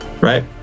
right